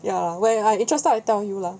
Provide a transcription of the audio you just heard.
ya when I interested I tell you lah